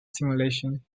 simulation